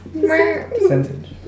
Percentage